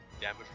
damage